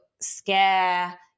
scare